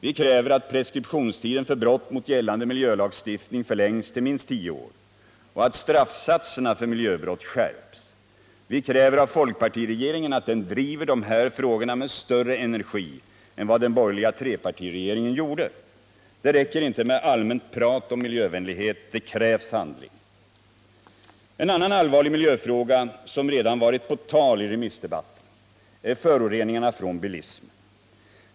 Vi kräver att preskriptionstiden för brott mot gällande miljölagstiftning förlängs till minst tio år och att straffsatserna för miljöbrott skärps. Vi kräver av folkpartiregeringen att den driver de här frågorna med större energi än vad den borgerliga trepartiregeringen gjorde. Det räcker inte med allmänt prat om miljövänlighet. Det krävs också handling. En annan allvarlig miljöfråga, som redan varit på tal i remissdebatten, är föroreningarna från bilismen.